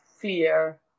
fear